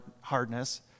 hardness